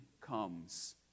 comes